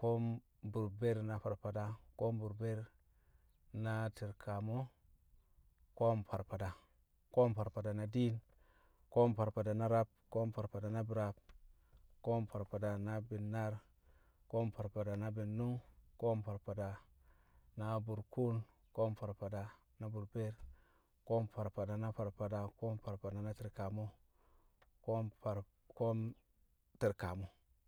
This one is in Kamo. ko̱o̱m burbeer na farfada ko̱o̱m burbeer na ti̱rkamu̱ ko̱o̱m farfada ko̱o̱m farfada na diin ko̱o̱m farfada na rab ko̱o̱m farfada na bi̱raab ko̱o̱m farfada na bi̱nnaar ko̱o̱m farfada na bi̱nnṵng ko̱o̱m farfada na burkuun ko̱o̱m farfada na burbeer ko̱o̱m farfada na farfada ko̱o̱m farfada na ti̱rkamu ko̱o̱m far- ko̱o̱m ti̱rkamo̱